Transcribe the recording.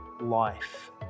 life